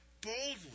boldly